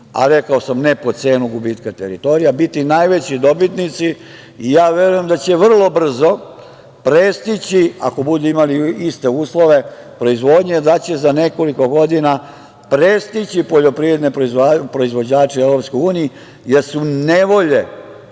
a rekao sam - ne po cenu gubitka teritorije, biti najveći dobitnici. Ja verujem da će vrlo brzo prestići, ako budu imali iste uslove proizvodnje, da će za nekoliko godina prestići poljoprivredne proizvođače u EU, jer su nevolje